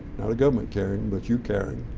not government caring, but you caring.